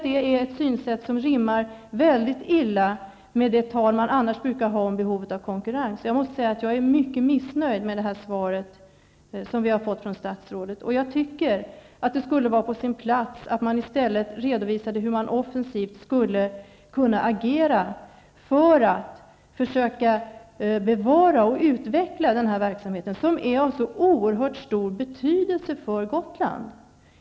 Det är ett synsätt som rimmar mycket illa med det tal man annars brukar föra om behovet av konkurrens. Jag måste säga att jag är mycket missnöjd med detta svar från statsrådet. Det skulle vara på sin plats att regeringen i stället redovisade hur man offensivt kunde agera för att försöka bevara och utveckla denna verksamhet, som är av så oerhört stor betydelse för Gotland.